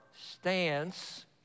stance